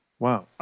Wow